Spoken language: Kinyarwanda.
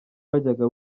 wajyaga